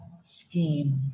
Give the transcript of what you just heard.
scheme